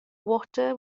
water